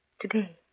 today